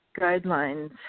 guidelines